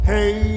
Hey